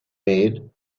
made